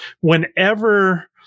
whenever